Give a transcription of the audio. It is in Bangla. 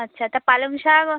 আচ্ছা তা পালং শাক